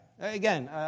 Again